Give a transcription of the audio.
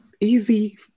Easy